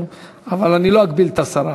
אבל אני לא אגביל את השרה,